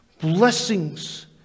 blessings